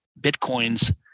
bitcoins